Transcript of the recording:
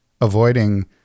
avoiding